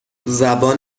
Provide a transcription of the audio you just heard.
زبان